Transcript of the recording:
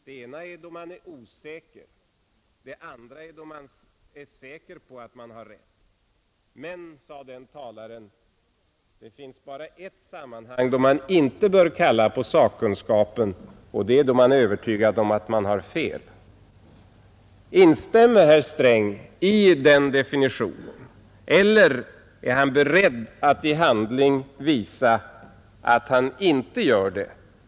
Det ena är då man är osäker, det andra är då man är säker på att man har rätt. Men, sade den talaren, det finns bara ett sammanhang då man inte bör kalla på sakkunskapen, och det är då man är övertygad om att man har fel. Instämmer herr Sträng i den definitionen eller är han beredd att i handling visa att han inte gör det?